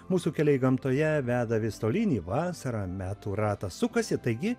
mūsų keliai gamtoje veda vis tolyn į vasarą metų ratas sukasi taigi